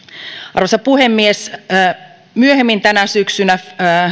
arvoisa puhemies myöhemmin tänä syksynä